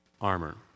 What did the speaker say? armor